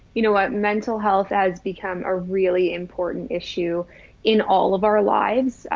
you know, what mental health has become a really important issue in all of our lives?